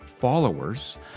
followers